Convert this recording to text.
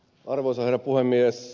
arvoisa herra puhemies